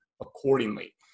accordingly